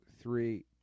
three